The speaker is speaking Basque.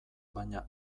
baina